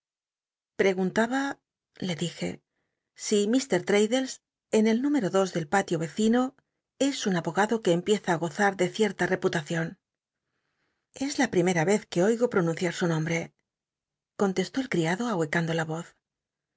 preguntaba le dije oi h taddles en el n del patio i'ccino es un abogado que empieza í gozar de cie la reputacion es la pime a i'cz que oigo jll'oillll cim su omll'e contestó el criado ahuecando la oz